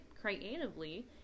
creatively